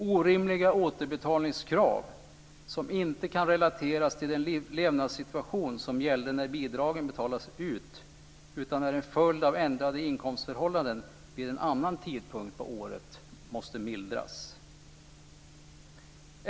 Orimliga återbetalningskrav som inte kan relateras till den levnadssituation som gällde när bidragen betalades ut, utan är en följd av ändrade inkomstförhållanden vid en annan tidpunkt på året måste mildras.